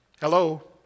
Hello